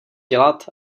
dělat